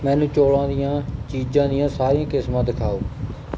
ਮੈਨੂੰ ਚੌਲ੍ਹਾਂ ਦੀਆਂ ਚੀਜ਼ਾਂ ਦੀਆਂ ਸਾਰੀਆਂ ਕਿਸਮਾਂ ਦਿਖਾਓ